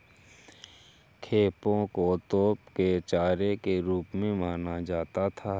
खेपों को तोप के चारे के रूप में माना जाता था